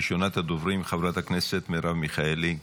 ראשונת הדוברים, חברת הכנסת מרב מיכאלי.